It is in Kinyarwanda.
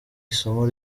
isomo